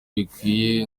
bikwiye